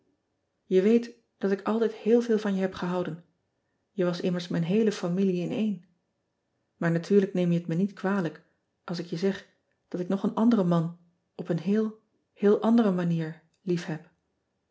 e weet dat ik altijd heel veel van je heb gehouden ij was immers mijn heele familie in één aar natuurlijk neem je het me niet kwalijk als ik je zeg dat ik nog een anderen man op een heel heel andere manier liefheb